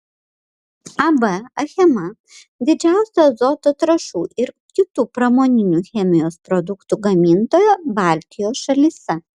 ab achema didžiausia azoto trąšų ir kitų pramoninių chemijos produktų gamintoja baltijos šalyse